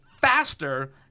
faster